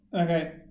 okay